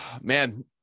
Man